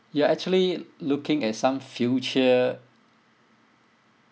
you are actually looking at some future